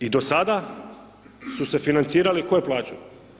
I do sada su se financirali, tko je plaćao?